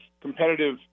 competitive